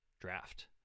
draft